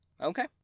Okay